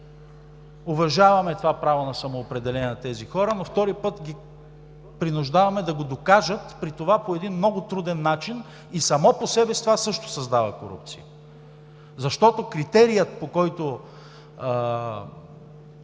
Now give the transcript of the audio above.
уважаваме това право на самоопределение на тези хора, но втори път ги принуждаваме да го докажат, при това по един много труден начин и само по себе си това също създава корупция. Защото критериите, по които